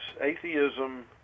atheism